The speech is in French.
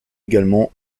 également